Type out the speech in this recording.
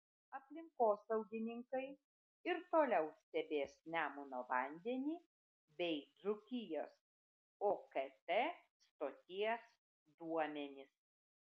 aplinkosaugininkai ir toliau stebės nemuno vandenį bei dzūkijos okt stoties duomenis